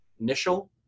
Initial